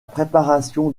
préparation